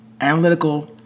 analytical